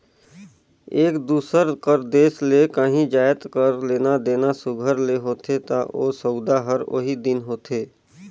एक दूसर कर देस ले काहीं जाएत कर लेना देना सुग्घर ले होथे ता ओ सउदा हर ओही दिन होथे